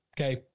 Okay